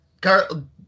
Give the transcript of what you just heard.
Carl